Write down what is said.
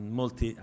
molti